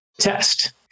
test